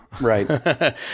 right